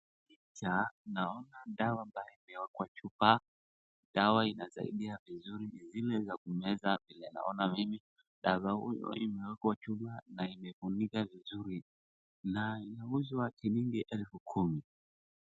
Picha, naona dawa ambayo imewekwa chupa, dawa inasaidia vizuri, ni zile za kumeza vile naona mimi, dawa hii imewekwa chupa na imefunikwa vizuri na inauzwa shilingi elfu kumi.